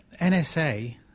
NSA